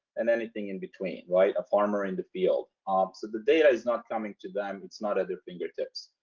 and anything in between, right. a farmer in the field. um so the data is not coming to them. it's not at their fingertips.